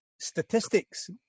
statistics